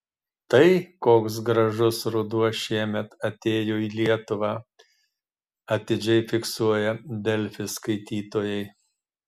tai koks gražus ruduo šiemet atėjo į lietuvą atidžiai fiksuoja delfi skaitytojai